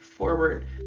forward